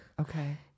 Okay